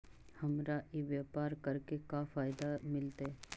हमरा ई व्यापार करके का फायदा मिलतइ?